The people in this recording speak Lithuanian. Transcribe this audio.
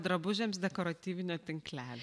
drabužiams dekoratyvinio tinklelio